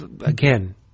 again